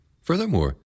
Furthermore